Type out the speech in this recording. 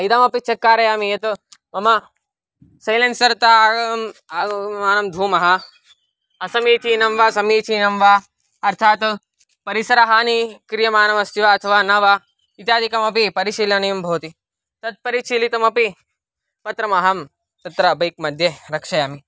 इदमपि चेक् कारयामि यत् मम सैलेन्सर्तः आगमं धूमः असमीचीनं वा समीचीनं वा अर्थात् परिसरहानि क्रियमाणमस्ति वा अथवा न वा इत्यादिकमपि परिशीलनीयं भवति तत्परिशीलितमपि पत्रमहं तत्र बैक् मध्ये रक्षयामि